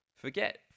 Forget